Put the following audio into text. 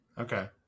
Okay